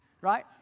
right